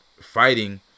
fighting